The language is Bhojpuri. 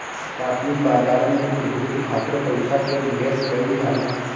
प्राथमिक बाजार में प्रतिभूति खातिर पईसा के निवेश कईल जाला